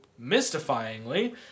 mystifyingly